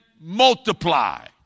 multiply